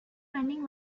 running